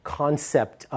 concept